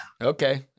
Okay